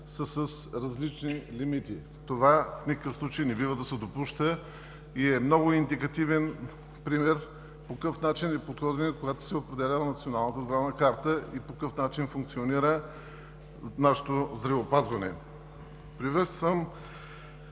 с различни лимити. Това в никакъв случай не бива да се допуска и е много индикативен пример по какъв начин е подходено, когато се е определяла Националната здравна карта и по какъв начин функционира нашето здравеопазване. Приветствам